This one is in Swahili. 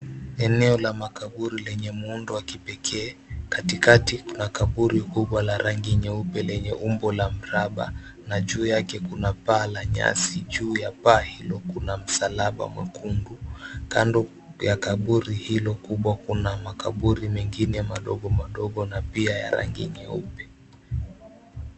Eneo la makaburi lenye muundo wa kipekee katikati kuna kaburi kubwa lenye rangi nyeupe lenye umbo la mraba na juu yake kuna paa la nyasi, juu ya paa hilo kuna msalaba mwekundu kando ya kaburi hilo kuna makaburi mengine madogo madogo na pia ya rangi nyeupe.